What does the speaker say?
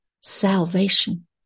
salvation